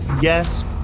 Yes